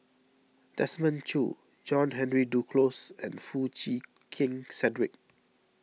Desmond Choo John Henry Duclos and Foo Chee Keng Cedric